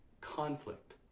conflict